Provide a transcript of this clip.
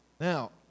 Now